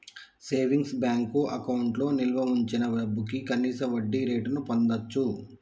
savings bank అకౌంట్లో నిల్వ వుంచిన డబ్భుకి కనీస వడ్డీరేటును పొందచ్చు